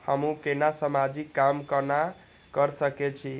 हमू केना समाजिक काम केना कर सके छी?